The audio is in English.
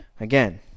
Again